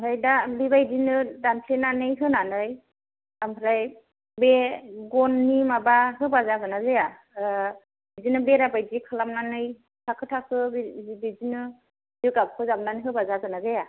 आमफ्राय दा बेबायदिनो दानफ्लेनानै होनानै आमफ्राय बे गननि माबा होबा जागोन ना जाया बिदिनो बेरा बायदि खालाम नानै थाखो थाखो बिदिनो जिगाबखौ जाबनानै होबा जागोन ना जाया